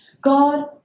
God